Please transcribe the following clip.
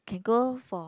can go for